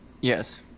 Yes